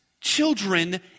children